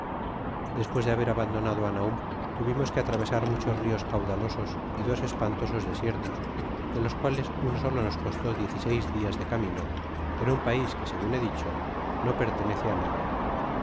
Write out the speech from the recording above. despues de haber abandonado á inaüm tuvimos que atravesar muchos rios caudalosos y dos espantosos desiertos de los cuales uno solo nos costó diez y seis dias de camino en un pais que segun he dicho no pertenece a nadie